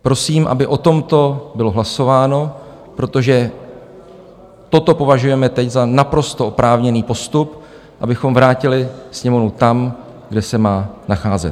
Prosím, aby o tomto bylo hlasováno, protože toto považujeme teď za naprosto oprávněný postup, abychom vrátili Sněmovnu tam, kde se má nacházet.